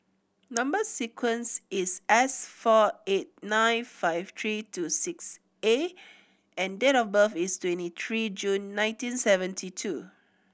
number sequence is S four eight nine five tree two six A and date of birth is twenty tree June nineteen seventy two